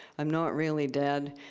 i'm not really dead,